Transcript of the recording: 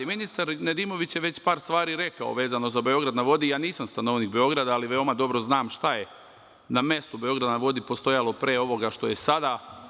Ministar Nedimović je već par stvari rekao vezano za „Beograd na vodi“, nisam stanovnik Beograda, ali veoma dobro znam šta je na mestu „Beograda na vodi“ postojalo pre ovoga što je sada.